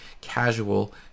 casual